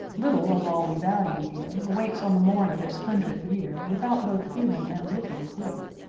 little of all we value here wakes on the morn of its hundredth year without both feeling and looking queer.